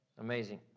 Amazing